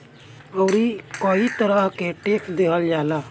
अउरी कई तरह के टेक्स देहल जाला